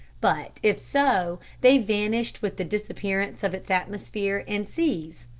but, if so, they vanished with the disappearance of its atmosphere and seas,